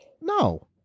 No